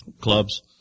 clubs